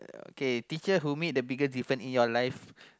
okay teacher who made the biggest difference in your life